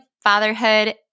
fatherhood